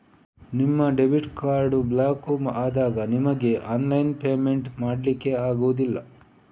ನಿಮ್ಮ debit card block ಆದಾಗ ನಿಮಿಗೆ ಆನ್ಲೈನ್ ಪೇಮೆಂಟ್ ಮಾಡ್ಲಿಕ್ಕೆ ಆಗುದಿಲ್ಲ